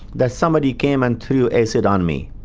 that somebody came and threw acid on me.